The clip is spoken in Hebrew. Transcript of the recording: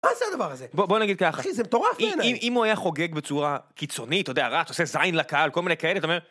מה זה הדבר הזה? בואו נגיד ככה. אחי זה מטורף בעיני. אם הוא היה חוגג בצורה קיצונית, אתה יודע, רץ, אתה עושה זין לקהל, כל מיני כאלה, אתה אומר...